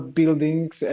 buildings